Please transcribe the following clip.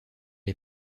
est